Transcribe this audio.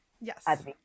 Yes